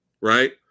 Right